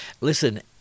Listen